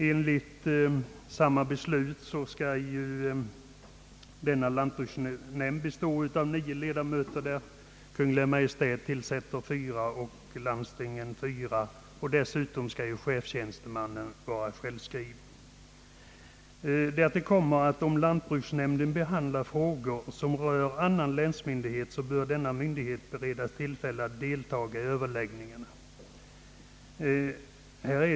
Enligt samma beslut skall lantbruksnämnd bestå av nio ledamöter, av vilka Kungl. Maj:t tillsätter fyra och landstinget fyra, och dessutom skall chefstjänstemannen vara självskriven ledamot. Därtill kommer, att om lantbruksnämnd behandlar frågor som rör annan länsmyndighet bör denna myndighet beredas tillfälle att delta i överläggningarna.